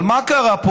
אבל מה קרה פה?